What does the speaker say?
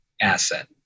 asset